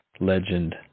legend